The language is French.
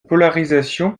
polarisation